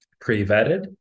pre-vetted